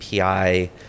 API